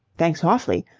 thanks awfully.